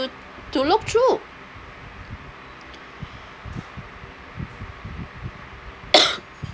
to to look through